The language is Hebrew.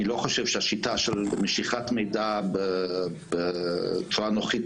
אני לא חושב שהשיטה של משיכת מידע בצורה הנוכחית